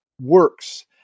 works